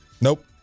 Nope